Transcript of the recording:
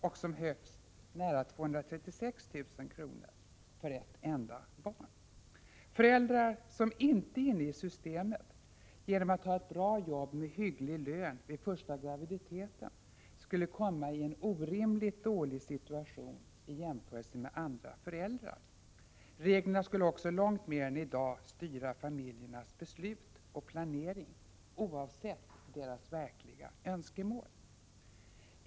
och som högst nära 236 000 kr. för ett enda barn. Föräldrar som inte är inne i systemet genom att ha ett bra jobb med hygglig lön vid första graviditeten skulle komma i en orimligt dålig situationen i jämförelse med andra föräldrar. Reglerna skulle också långt mer än i dag styra familjernas beslut och planering oavsett deras verkliga önskemål.